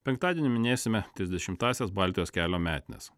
penktadienį minėsime trisdešimtąsias baltijos kelio metines